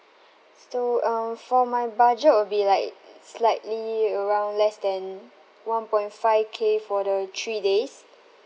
so uh for my budget will be like slightly around less than one point five K for the three days